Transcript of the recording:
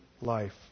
life